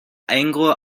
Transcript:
anglo